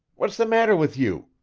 what's the matter with you?